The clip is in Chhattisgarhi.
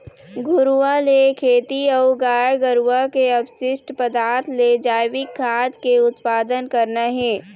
घुरूवा ले खेती अऊ गाय गरुवा के अपसिस्ट पदार्थ ले जइविक खाद के उत्पादन करना हे